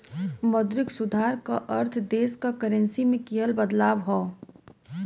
मौद्रिक सुधार क अर्थ देश क करेंसी में किहल बदलाव हौ